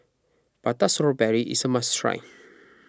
Prata Strawberry is a must try